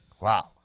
Wow